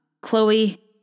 Chloe